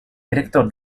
director